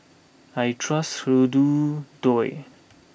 I trust Hirudoid